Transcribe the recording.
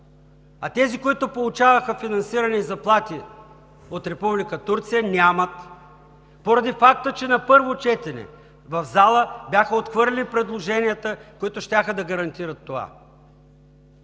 а тези, които получаваха финансиране и заплати от Република Турция, нямат, поради факта, че на първо четене в залата бяха отхвърлени предложенията, които щяха да гарантират това.